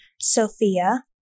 Sophia